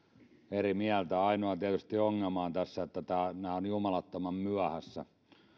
eri mieltä ainoa ongelma tässä tietysti on että nämä ovat jumalattoman myöhässä